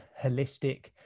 holistic